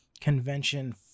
convention